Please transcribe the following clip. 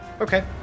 okay